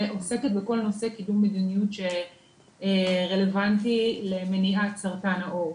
עוסקת בכל הנושא של קידום הבריאות שרלבנטי למניעת סרטן העור.